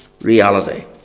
reality